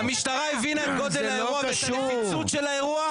המשטרה הבינה את גודל האירוע ואת הנפיצות של האירוע.